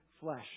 flesh